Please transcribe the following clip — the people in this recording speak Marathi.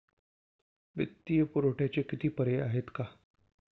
वित्तीय पुरवठ्याचे किती पर्याय आहेत का?